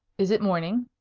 is it morning?